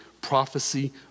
prophecy